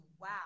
wow